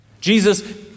Jesus